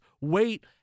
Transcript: wait